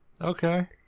Okay